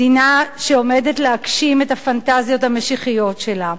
מדינה שעומדת להגשים את הפנטזיות המשיחיות שלה.